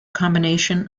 combination